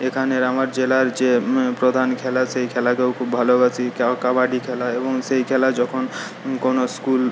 এখানের আমার জেলার যে প্রধান খেলা সেই খেলাকেও খুব ভালোবাসি কাবাডি খেলা এবং সেই খেলা যখন কোনো স্কুল